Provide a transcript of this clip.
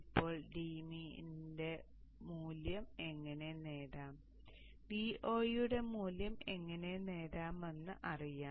ഇപ്പോൾ dmin ന്റെ മൂല്യം എങ്ങനെ നേടാം Vo യുടെ മൂല്യം എങ്ങനെ നേടാമെന്ന് ഇപ്പോൾ അറിയാം